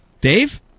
Dave